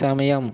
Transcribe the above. సమయం